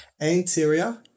Anterior